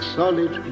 solid